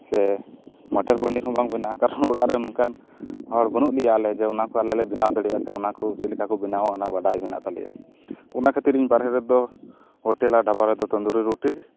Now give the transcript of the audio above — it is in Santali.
ᱥᱮ ᱢᱟᱴᱚᱨ ᱯᱚᱱᱤᱨ ᱦᱚᱸ ᱵᱟᱝ ᱵᱮᱱᱟᱜᱼᱟ ᱠᱟᱨᱚᱱ ᱚᱲᱟᱜ ᱨᱮ ᱱᱚᱝᱠᱟᱱ ᱦᱚᱲ ᱵᱟᱹᱱᱩᱜ ᱞᱮᱭᱟ ᱡᱮ ᱟᱞᱮ ᱚᱱᱟ ᱠᱚ ᱟᱞᱮ ᱞᱮ ᱵᱮᱱᱟᱣ ᱫᱟᱲᱮᱭᱟᱜᱼᱟ ᱥᱮ ᱚᱱᱟ ᱠᱚ ᱪᱮᱫ ᱞᱮᱠᱟ ᱠᱚ ᱵᱮᱱᱟᱣᱟ ᱚᱱᱟ ᱵᱟᱰᱟᱭ ᱢᱮᱱᱟᱜ ᱛᱟᱞᱮᱭᱟ ᱚᱱᱟ ᱠᱷᱟᱹᱛᱤᱨ ᱤᱧ ᱵᱟᱨᱦᱮ ᱨᱮᱫᱚ ᱦᱳᱴᱮᱞ ᱟᱨ ᱰᱷᱟᱵᱟ ᱨᱮᱫᱚ ᱛᱟᱱᱫᱩᱨᱤ ᱨᱩᱴᱤ